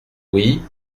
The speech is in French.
oui